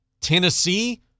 Tennessee